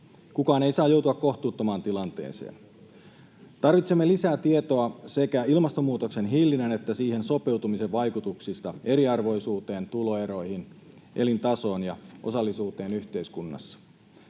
Kukaan ei saa joutua kohtuuttomaan tilanteeseen. Tarvitsemme lisää tietoa sekä ilmastonmuutoksen hillinnän että siihen sopeutumisen vaikutuksista eriarvoisuuteen, tuloeroihin, elintasoon ja osallisuuteen yhteiskunnassa.